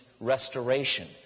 restoration